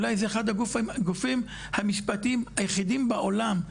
אולי זה אחד הגופי המשפטיים היחידים בעולם,